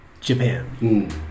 Japan